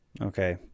Okay